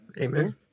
Amen